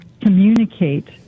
communicate